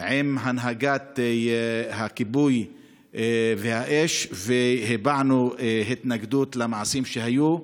ועם הנהגת כיבוי האש, והבענו התנגדות למעשים שהיו,